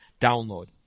download